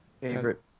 favorite